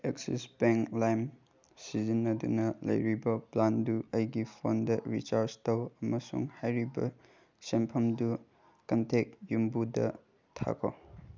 axis bank ꯂꯥꯏꯝ ꯁꯤꯖꯟꯅꯗꯨꯅ ꯂꯩꯔꯤꯕ ꯄ꯭ꯂꯥꯟꯗꯨ ꯑꯩꯒꯤ ꯐꯣꯟꯗ ꯔꯤꯆꯥꯔꯖ ꯇꯧ ꯑꯃꯁꯨꯡ ꯍꯥꯏꯔꯤꯕ ꯁꯦꯟꯐꯝꯗꯨ ꯀꯟꯇꯦꯛ ꯌꯨꯝꯕꯨꯗ ꯊꯥꯈꯣ